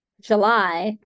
July